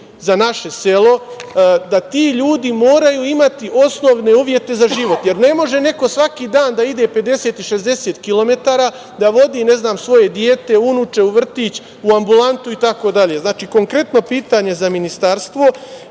za naše selo, da ti ljudi moraju imati osnovne uvjete za život, jer ne može neko svaki dan da ide 50 i 60 kilometara, da vodi, ne znam, svoje dete, unuče u vrtić, u ambulantu itd. Znači, konkretno pitanje - kako